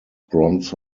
bronze